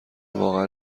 واقعا